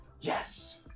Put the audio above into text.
Yes